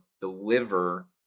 deliver